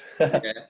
Okay